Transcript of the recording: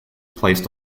placed